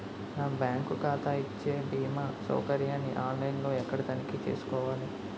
నా బ్యాంకు ఖాతా ఇచ్చే భీమా సౌకర్యాన్ని ఆన్ లైన్ లో ఎక్కడ తనిఖీ చేసుకోవాలి?